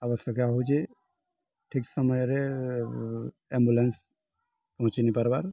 ଆବଶ୍ୟକୀୟ ହେଉଛି ଠିକ୍ ସମୟରେ ଆମ୍ବୁଲାନ୍ସ ପହଞ୍ଚିନି ପାର୍ବାର୍